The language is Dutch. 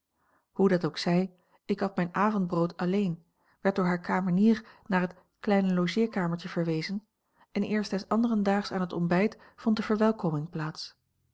hoe dat ook zij ik at mijn avondbrood alleen werd door hare kamenier naar het kleine logeerkamertje verwezen en eerst des anderen daags aan het ontbijt vond de verwelkoming plaats